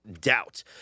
doubt